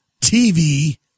TV